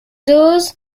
dose